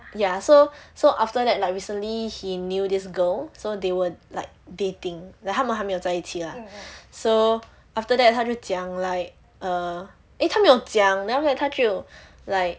ya so so after that like recently he knew this girl so they were like dating like 他们还没有在一起 lah so after that 他就讲 like err eh 他没有讲 then 他就 like